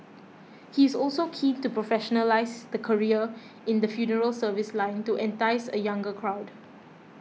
he is also keen to professionalise the career in the funeral service line to entice a younger crowd